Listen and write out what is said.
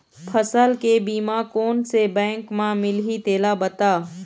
फसल के बीमा कोन से बैंक म मिलही तेला बता?